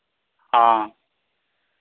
ᱦᱚᱸ